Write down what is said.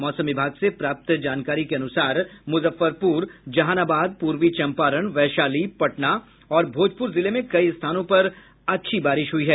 मौसम विभाग से प्राप्त जानकारी के अनुसार मुजफ्फरपुर जहानाबाद पूर्वी चंपारण वैशाली पटना और भोजपुर जिले में कई स्थानों पर अच्छी बारिश हुई है